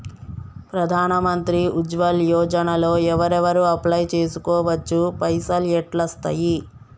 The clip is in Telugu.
ప్రధాన మంత్రి ఉజ్వల్ యోజన లో ఎవరెవరు అప్లయ్ చేస్కోవచ్చు? పైసల్ ఎట్లస్తయి?